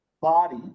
body